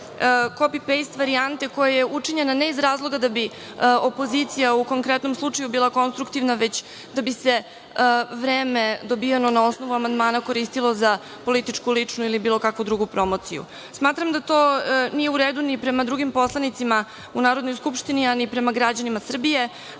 kopi pejst varijante koja je učinjena, ne iz razloga da bi opozicija u konkretnom slučaju bila konstruktivna, već da bi se vreme dobijeno na osnovu amandmana, koristilo za političku, ličnu ili bilo kakvu drugu promociju. Smatram da to nije u redu ni prema drugim poslanicima u Narodnoj skupštini, a ni prema građanima Srbije. Više